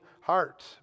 heart